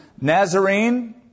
Nazarene